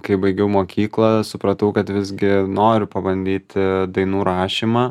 kai baigiau mokyklą supratau kad visgi noriu pabandyti dainų rašymą